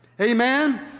Amen